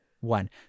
one